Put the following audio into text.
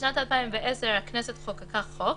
בשנת 2010 הכנסת חוקקה חוק